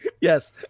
Yes